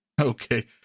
okay